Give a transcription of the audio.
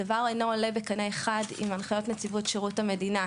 הדבר אינו עולה בקנה אחד עם הנחיות נציבות שירות המדינה,